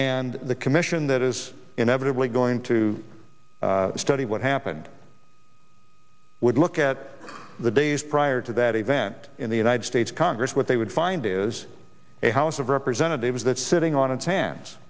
and the commission that is inevitably going to study what happened would look at the days prior to that event in the united states congress what they would find is a house of representatives that's sitting on its hands